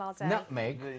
Nutmeg